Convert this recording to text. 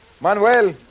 Manuel